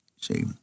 See